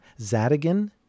Zadigan